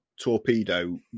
torpedo